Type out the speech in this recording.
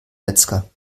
metzger